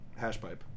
Hashpipe